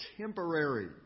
temporary